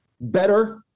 better